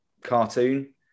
cartoon